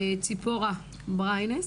ציפורה בריינס.